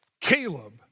Caleb